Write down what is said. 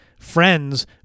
friends